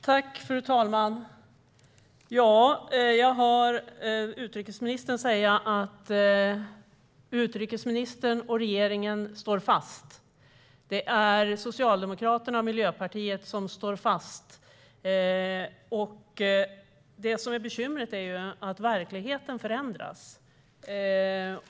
Fru talman! Jag hör utrikesministern säga att hon och regeringen står fast vid uppgörelsen. Socialdemokraterna och Miljöpartiet står fast vid den. Bekymret är att verkligheten förändras.